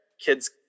kids